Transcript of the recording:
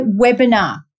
webinar